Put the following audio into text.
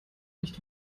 nicht